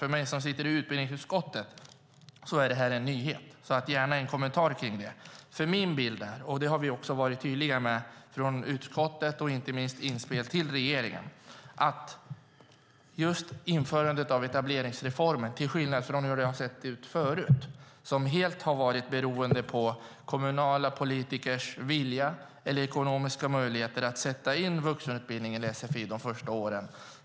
För mig som sitter i utbildningsutskottet är det en nyhet. Jag vill gärna ha en kommentar till detta, för min bild är annorlunda. Förut har man varit helt beroende av kommunala politikers vilja eller ekonomiska möjligheter att sätta in vuxenutbildning eller sfi de första åren.